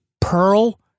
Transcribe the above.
pearl